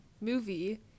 movie